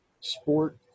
sport